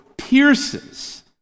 pierces